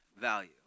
value